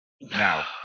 Now